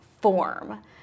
form